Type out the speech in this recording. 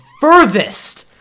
furthest –